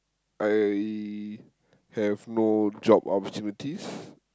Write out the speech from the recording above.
I have no job opportunities